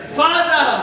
father